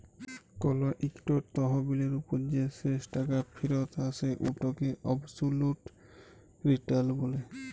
call ইকট তহবিলের উপর যে শেষ টাকা ফিরত আসে উটকে অবসলুট রিটার্ল ব্যলে